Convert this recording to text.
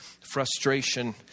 frustration